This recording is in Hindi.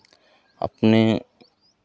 अपने